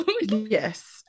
yes